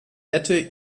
wette